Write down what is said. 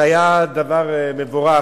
זה היה דבר מבורך.